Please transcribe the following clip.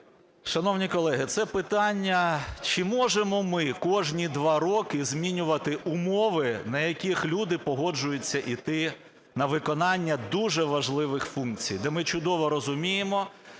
Шановні колеги, це питання, чи можемо ми кожні 2 роки змінювати умови, на яких люди погоджуються іти на виконання дуже важливих функцій, де ми чудово розуміємо,